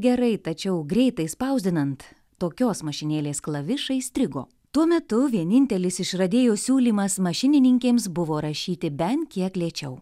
gerai tačiau greitai spausdinant tokios mašinėlės klavišai strigo tuo metu vienintelis išradėjo siūlymas mašininkėms buvo rašyti bent kiek lėčiau